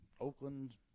Oakland